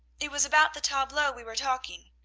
it was about the tableaux we were talking.